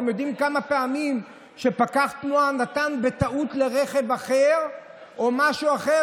אתם יודעים כמה פעמים פקח תנועה נתן בטעות לרכב אחר או למשהו אחר,